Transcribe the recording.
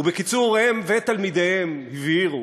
ובקיצור, הם ותלמידיהם הבהירו